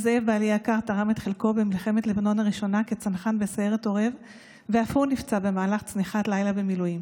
חמות לכלתי היקרה מאוד נועה'לה וסבתא לנכדתי אורי,